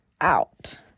out